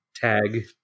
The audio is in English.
tag